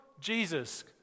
Jesus